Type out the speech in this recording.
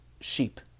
sheep